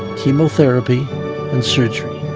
chemotherapy and surgery.